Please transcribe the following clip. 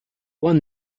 won